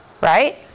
Right